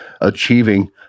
achieving